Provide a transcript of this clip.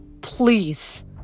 Please